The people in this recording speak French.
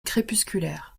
crépusculaire